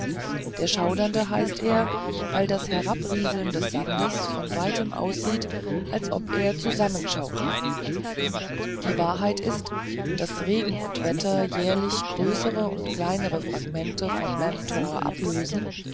der schaudernde heißt er weil das herabrieseln des sandes von weitem aussieht als ob er zusammenschaudre die wahrheit ist daß regen und wetter jährlich größere und kleinere fragmente von mam tor ablösen